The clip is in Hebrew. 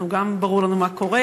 גם ברור לנו מה קורה.